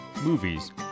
movies